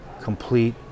complete